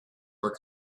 were